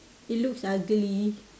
it looks uh girly